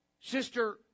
sister